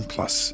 Plus